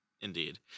Indeed